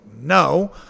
no